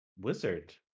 wizard